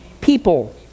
People